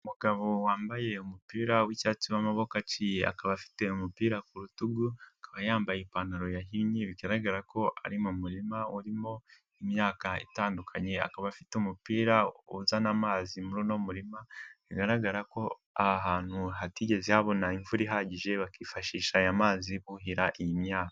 Umugabo wambaye umupira w'icyatsi wamaboko aciye, akaba afite umupira ku rutugu, akaba yambaye ipantaro yahinnye, bigaragara ko ari mu murima urimo imyaka itandukanye, akaba afite umupira uzana amazi muri uno murima, bigaragara ko aha hantu hatigeze habona imvura ihagije, bakifashisha aya mazi kuhira iyi myaka.